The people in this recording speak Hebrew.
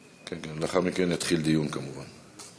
לאחר מכן יתחיל דיון, כמובן.